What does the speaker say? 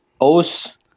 Os